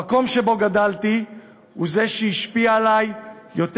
המקום שבו גדלתי הוא זה שהשפיע עלי יותר